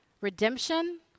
redemption